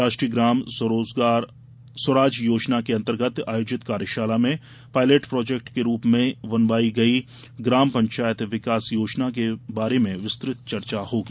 राष्ट्रीय ग्राम स्वराज योजना के अंतर्गत आयोजित कार्यशाला में पायलेट प्रोजेक्ट के रूप में बनवाई गई ग्राम पंचायत विकास योजना के बारे में विस्तृत चर्चा होगी